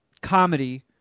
comedy